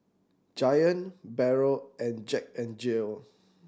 Giant Barrel and Jack N Jill